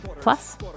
Plus